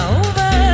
over